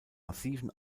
massiven